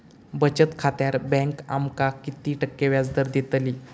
बचत खात्यार बँक आमका किती टक्के व्याजदर देतली?